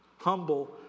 humble